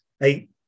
eight